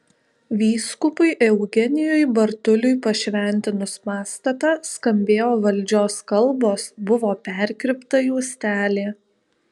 vyskupui eugenijui bartuliui pašventinus pastatą skambėjo valdžios kalbos buvo perkirpta juostelė